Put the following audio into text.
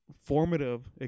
formative